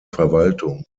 verwaltung